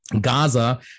Gaza